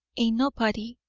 a nobody,